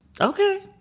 Okay